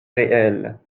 réelle